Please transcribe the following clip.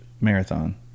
marathon